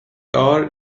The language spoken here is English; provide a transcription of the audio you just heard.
are